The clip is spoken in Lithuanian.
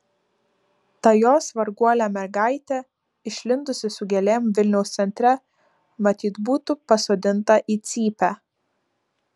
ta jos varguolė mergaitė išlindusi su gėlėm vilniaus centre matyt būtų pasodinta į cypę